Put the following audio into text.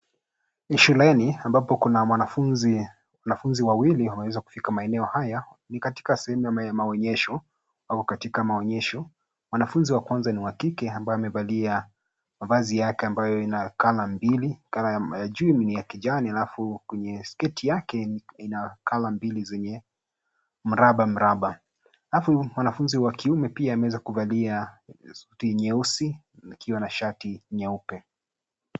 Ni shuleni ambapo kuna mwanafunzi, wanafunzi wawili waweza kufika maeneo haya. Ni katika sehemu ya maonyesho, wako katika maonyesho. Mwanafunzi wa kwanza ni wa kike ambaye amevalia mavazi yake ambayo ina colour mbili, colour ya chini ni ya kijani halafu kwenye sketi yake ina colour mbili zenye mraba mraba. Halafu mwanafunzi wa kiume pia ameweza kuvalia suti nyeusi ikiwa na shati nyeupe.